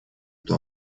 эту